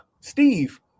Steve